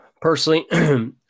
personally